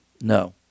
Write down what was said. No